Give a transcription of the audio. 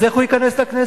אז איך הוא ייכנס לכנסת?